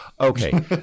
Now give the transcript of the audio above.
Okay